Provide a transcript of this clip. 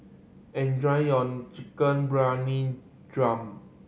enjoy your Chicken Briyani Dum